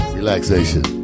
Relaxation